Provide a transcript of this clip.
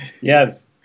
yes